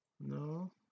no